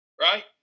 right